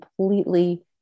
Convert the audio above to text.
completely